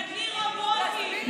תגדלי רובוטים.